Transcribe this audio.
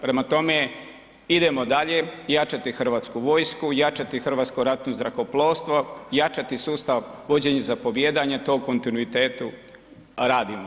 Prema tome, idemo dalje jačati Hrvatsku vojsku, jačati Hrvatsko ratno zrakoplovstvo, jačati sustav vođenja zapovijedanja i to u kontinuitetu radimo.